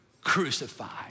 crucified